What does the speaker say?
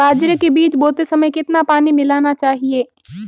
बाजरे के बीज बोते समय कितना पानी मिलाना चाहिए?